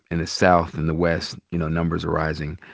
in the south, in the west, you know, numbers are rising.